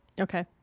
Okay